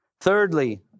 thirdly